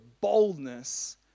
boldness